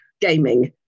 gaming